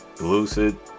Lucid